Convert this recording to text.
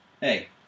hey